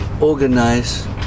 organize